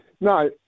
No